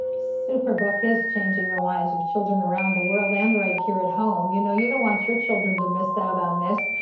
superbook is changing the lives of children around the world and here at home. you know you don't want your children to miss out on this.